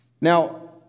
Now